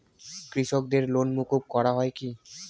কৃষকদের লোন মুকুব করা হয় কি?